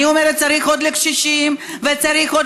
אני אומרת: צריך עוד לקשישים וצריך עוד